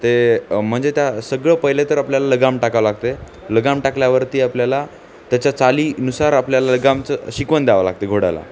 ते म्हणजे त्या सगळं पहिले तर आपल्याला लगाम टाकावं लागते आहे लगाम टाकल्यावरती आपल्याला त्याच्या चालीनुसार आपल्याला लगामचं शिकवून द्यावं लागते आहे घोड्याला